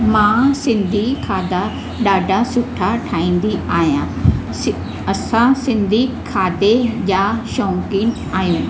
मां सिंधी खाधा ॾाढा सुठा ठाहींदी आहियां सि असां सिंधी खाधे जा शौक़ीन आहियूं